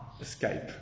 escape